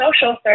social